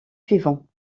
suivants